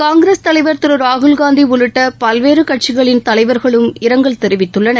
காங்கிரஸ் தலைவர் திரு ராகுல்காந்தி உள்ளிட்ட பல்வேறு கட்சிகளின் தலைவர்களும் இரங்கல் தெரிவித்துள்ளனர்